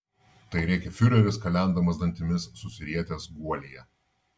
tai rėkė fiureris kalendamas dantimis susirietęs guolyje